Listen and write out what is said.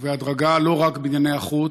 ובהדרגה לא רק בענייני החוץ.